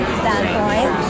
standpoint